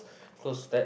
close that